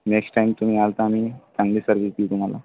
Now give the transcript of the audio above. next time तुम्ही आला तर आम्ही चांगली सर्विस देऊ तुम्हाला